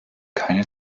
keine